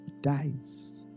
dies